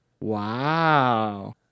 Wow